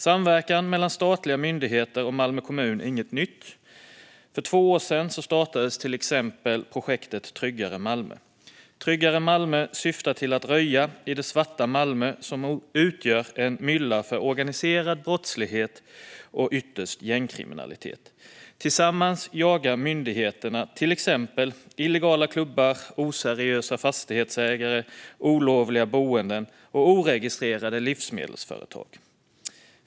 Samverkan mellan statliga myndigheter och Malmö kommun är inget nytt. För två år sedan startades till exempel projektet Tryggare Malmö, som syftar till att röja i det svarta Malmö som utgör en mylla för organiserad brottslighet och ytterst gängkriminalitet. Tillsammans jagar myndigheterna till exempel illegala klubbar, oseriösa fastighetsägare, olovliga boenden och oregistrerade livsmedelsföretag.